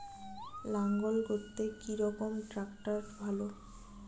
লাঙ্গল করতে কি রকম ট্রাকটার ভালো?